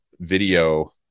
video